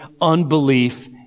unbelief